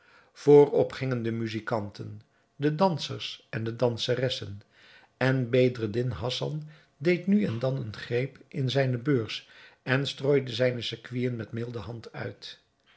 voorop gingen de muzijkanten de dansers en de danseressen en bedreddin hassan deed nu en dan een greep in zijne beurs en strooide zijne sequinen met milde hand uit